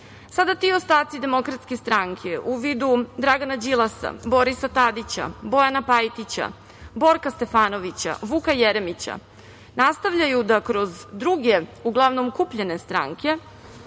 ti ostaci Demokratske stranke u vidu Dragana Đilasa, Borisa Tadića, Bojana Pajtića, Borka Stefanovića, Vuka Jeremića nastavljaju da kroz druge, uglavnom okupljene stranke,